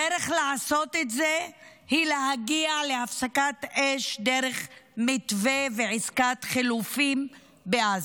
הדרך לעשות את זה היא להגיע להפסקת אש דרך מתווה ועסקת חילופים בעזה.